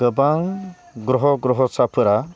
गोबां ग्रह' ग्रह'साफोरा